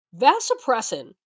vasopressin